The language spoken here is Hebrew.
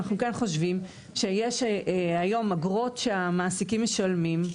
אנחנו כן חושבים שיש היום אגרות שהמעסיקים משלמים,